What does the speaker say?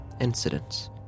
incidents